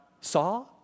saw